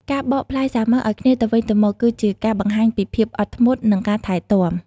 ការបកផ្លែសាវម៉ាវឱ្យគ្នាទៅវិញទៅមក គឺជាការបង្ហាញពីភាពអត់ធ្មត់ និងការថែទាំ។